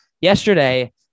yesterday